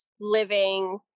living